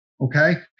Okay